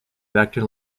vector